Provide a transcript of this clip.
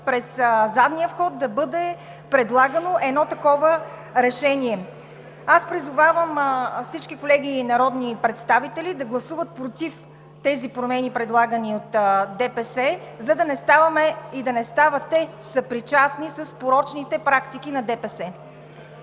през задния вход да бъде предлагано едно такова решение. Аз призовавам всички колеги народни представители да гласуват против тези промени, предлагани от ДПС, за да не ставаме и да не стават те съпричастни с порочните практики на ДПС.